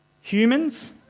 humans